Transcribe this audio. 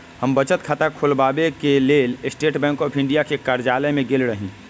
हम बचत खता ख़ोलबाबेके लेल स्टेट बैंक ऑफ इंडिया के कर्जालय में गेल रही